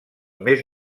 més